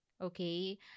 okay